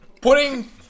Putting